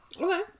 Okay